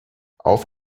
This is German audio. auf